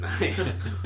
Nice